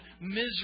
misery